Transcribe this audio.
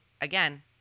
again